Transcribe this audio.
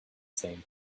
same